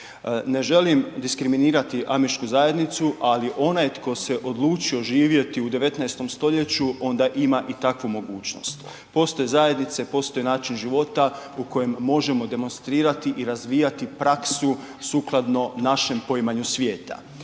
ne želim diskriminirati Amišku zajednicu ali onaj tko se odlučio živjeti u 19. stoljeću onda ima i takvu mogućnost. Postoje zajednice, postoji način života u kojem možemo demonstrirati i razvijati praksu sukladno našem poimanju svijeta.